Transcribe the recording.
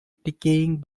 decaying